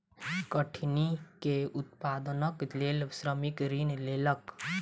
कठिनी के उत्पादनक लेल श्रमिक ऋण लेलक